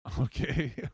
Okay